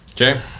Okay